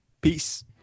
Peace